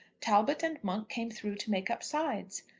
talbot and monk came through to make up sides.